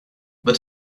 but